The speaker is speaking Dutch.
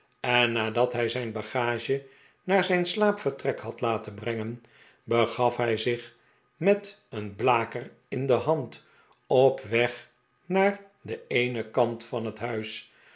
en nadat hij zijn bagage naar zijn slaapvertrek had laten brengen begaf hij zich met een blaker in de hand op weg naar den eenen kant van het huis